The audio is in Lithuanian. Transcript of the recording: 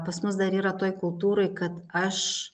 pas mus dar yra toj kultūroj kad aš